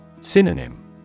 Synonym